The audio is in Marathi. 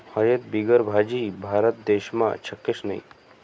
हयद बिगर भाजी? भारत देशमा शक्यच नही